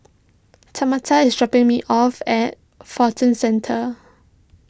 Tamatha is dropping me off at Fortune Centre